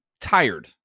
tired